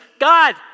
God